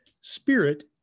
spirit